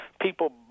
people